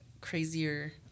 crazier